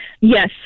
Yes